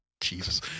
Jesus